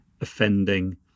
offending